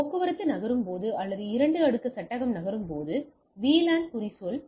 போக்குவரத்து நகரும்போது அல்லது அடுக்கு இரண்டு சட்டகம் நகரும்போது VLAN குறிச்சொல்